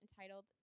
entitled